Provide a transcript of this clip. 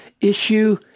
issue